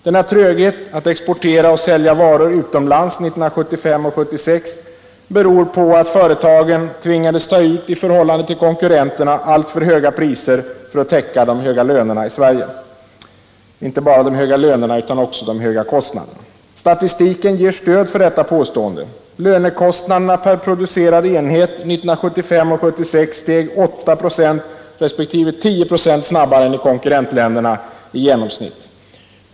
Denna tröghet att exportera och sälja varor utomlands 1975 och 1976 beror på att företagen i förhållande till konkurrenterna tvingades ta ut alltför höga priser för att täcka de höga lönerna i Sverige — och också de höga kostnaderna. Statistiken ger stöd för detta påstående. Lönekostnaderna per producerad enhet 1975 och 1976 steg 8 26 resp. 10 926 snabbare än i konkurrentländerna i genomsnitt.